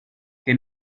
che